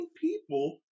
people